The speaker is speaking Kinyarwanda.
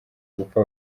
gupfa